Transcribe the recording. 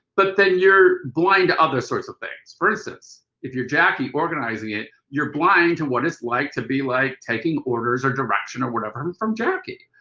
but then you're blind to other sorts of things. for instance, if you're jackie organizing it, you're blind to what it's like to be like taking orders or direction or whatever from jackie.